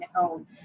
own